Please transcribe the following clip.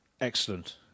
excellent